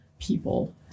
people